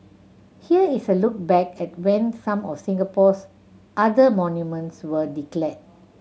here is a look back at when some of Singapore's other monuments were declared